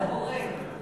יהפכו אותך למורה,